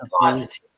positive